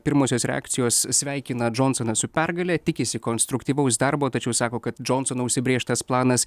pirmosios reakcijos sveikina džonsoną su pergale tikisi konstruktyvaus darbo tačiau sako kad džonsono užsibrėžtas planas